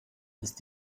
ist